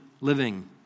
living